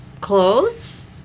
clothes